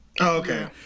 Okay